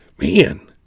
Man